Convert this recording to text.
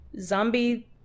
zombie